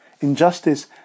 injustice